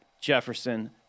Jefferson